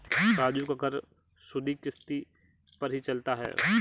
राजू का घर सुधि किश्ती पर ही चलता है